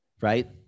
right